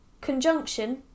conjunction